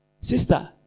Sister